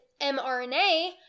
mRNA